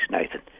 Nathan